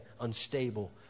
unstable